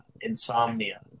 Insomnia